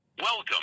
Welcome